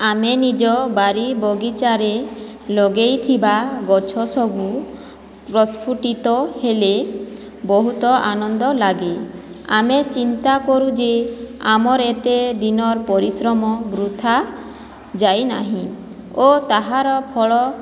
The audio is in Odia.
ଆମେ ନିଜ ବାଡ଼ି ବଗିଚାରେ ଲଗାଇଥିବା ଗଛ ସବୁ ପ୍ରସ୍ଫୁଟିତ ହେଲେ ବହୁତ ଆନନ୍ଦ ଲାଗେ ଆମେ ଚିନ୍ତା କରୁ ଯେ ଆମର ଏତେ ଦିନର ପରିଶ୍ରମ ବୃଥା ଯାଇନାହିଁ ଓ ତାହାର ଫଳ